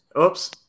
oops